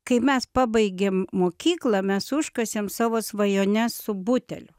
kai mes pabaigėm mokyklą mes užkasėm savo svajones su buteliu